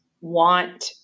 want